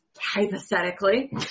hypothetically